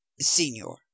Signor